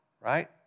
right